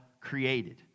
created